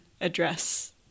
address